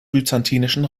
byzantinischen